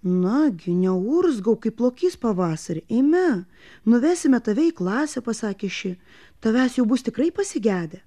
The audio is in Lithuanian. nagi neurzgauk kaip lokys pavasarį eime nuvesime tave į klasę pasakė ši tavęs jau bus tikrai pasigedę